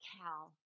Cal